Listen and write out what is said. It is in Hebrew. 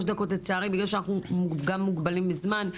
דקות לצערי בגלל שאנחנו גם מוגבלים בזמן.